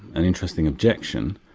an interesting objection.